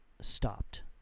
stopped